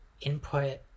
input